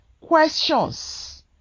questions